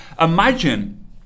Imagine